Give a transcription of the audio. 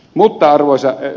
mutta arvoisa ed